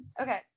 Okay